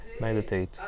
Meditate